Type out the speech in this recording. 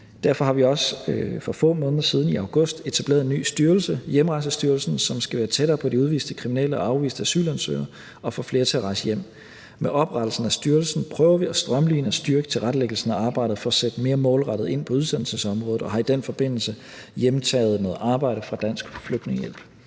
Derfor har vi også for få måneder siden, i august, etableret en ny styrelse, Hjemrejsestyrelsen, som skal være tættere på de udviste kriminelle og afviste asylansøgere og få flere til at rejse hjem. Med oprettelsen af styrelsen prøver vi at strømline og styrke tilrettelæggelsen af arbejdet for at sætte mere målrettet ind på udsendelsesområdet, og vi har i den forbindelse hjemtaget noget arbejde fra Dansk Flygtningehjælp.